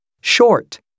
short